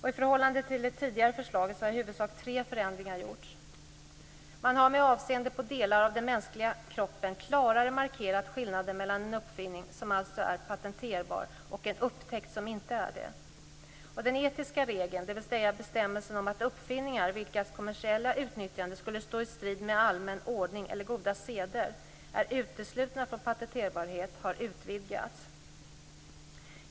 I förhållande till det tidigare förslaget har i huvudsak tre förändringar gjorts: 1. Man har med avseende på delar av den mänskliga kroppen klarare markerat skillnaden mellan en uppfinning, som alltså är patenterbar, och en upptäckt, som inte är det. 2. Den etiska regeln, dvs. bestämmelsen om att uppfinningar vilkas kommersiella utnyttjande skulle stå i strid med allmän ordning eller goda seder är uteslutna från patenterbarhet, har utvidgats.